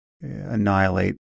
annihilate